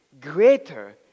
greater